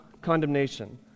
condemnation